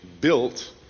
built